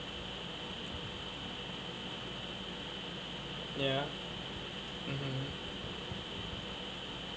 ya mmhmm